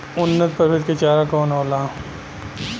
उन्नत प्रभेद के चारा कौन होला?